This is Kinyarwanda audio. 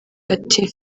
ati